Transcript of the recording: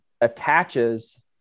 attaches